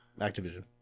Activision